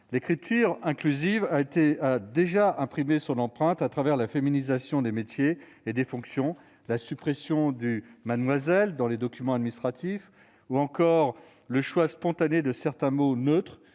L'écriture inclusive a déjà imprimé son empreinte à travers la féminisation des métiers et des fonctions, la suppression du « mademoiselle » dans les documents administratifs ou encore le choix spontané de certains mots neutres